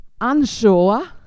unsure